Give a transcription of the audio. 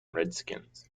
redskins